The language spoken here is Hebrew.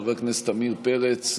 חבר הכנסת עמיר פרץ,